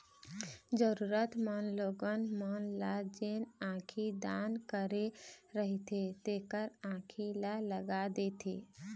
जरुरतमंद लोगन मन ल जेन आँखी दान करे रहिथे तेखर आंखी ल लगा देथे